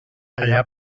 allà